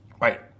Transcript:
right